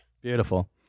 beautiful